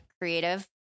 Creative